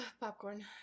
Popcorn